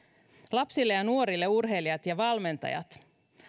lapsille ja nuorille urheilijat ja valmentajat